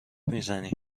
میزنی